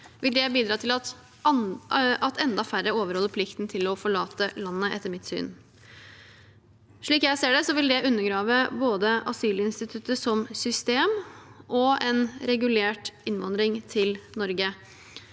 vil det bidra til at enda færre overholder plikten til å forlate landet, etter mitt syn. Slik jeg ser det, vil det undergrave både asylinstituttet som system og en regulert innvandring til Norge.